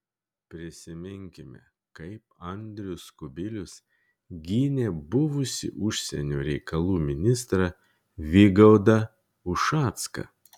prisiminkime kaip andrius kubilius gynė buvusį užsienio reikalų ministrą vygaudą ušacką